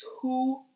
two